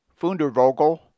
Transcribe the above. Fundervogel